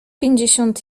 pięćdziesiąt